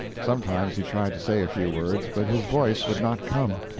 sometimes he tried to say a few words, but his voice would not come.